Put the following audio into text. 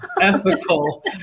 ethical